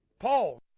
Paul